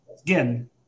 again